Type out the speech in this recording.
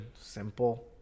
simple